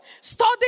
Study